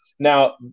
Now